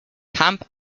camp